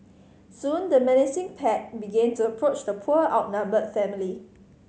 soon the menacing pack began to approach the poor outnumbered family